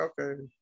okay